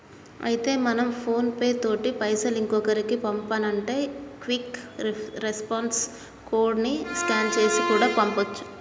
అయితే మనం ఫోన్ పే తోటి పైసలు ఇంకొకరికి పంపానంటే క్విక్ రెస్పాన్స్ కోడ్ ని స్కాన్ చేసి కూడా పంపొచ్చు